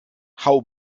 hau